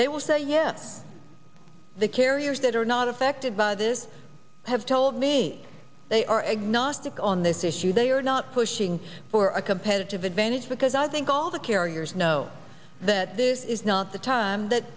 they will say yes the carriers that are not affected by this have told me they are agnostic on this issue they are not pushing for a competitive advantage because i think all the carriers know that this is not the time that